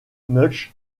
münch